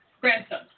grandson